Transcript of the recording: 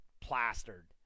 plastered